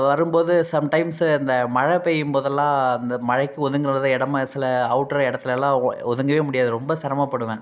வரும் போது சம்டைம்ஸு இந்த மழை பெய்யும் போதெல்லாம் அந்த மழைக்கு ஒதுங்க நல்லதாக இடம்மா சில அவுட்ரு இடத்துலெல்லாம் ஒ ஒதுங்கவே முடியாது ரொம்ப சிரமப்படுவேன்